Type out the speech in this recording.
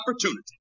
opportunity